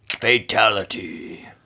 Fatality